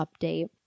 update